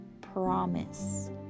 promise